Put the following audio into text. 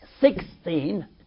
Sixteen